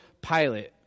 Pilate